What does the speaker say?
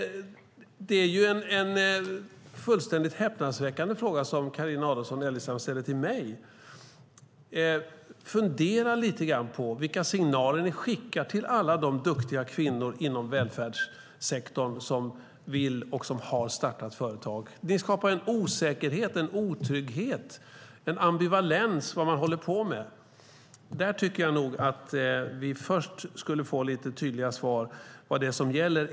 Det är en fullständigt häpnadsväckande fråga som Carina Adolfsson Elgestam ställer till mig. Fundera lite grann över vilka signaler ni skickar till alla de duktiga kvinnor inom välfärdssektorn som vill starta och har startat företag. Det skapar en osäkerhet, en otrygghet, en ambivalens om vad man håller på med. Där tycker jag att vi först ska få tydliga svar på vad som gäller.